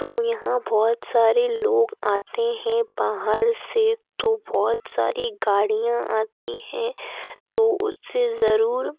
तो यहाँ बहुत सारे लोग आते हैं बाहर से तो बहुत सारी गाड़िया आती हैं तो उससे ज़रूर